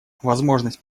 возможность